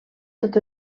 tot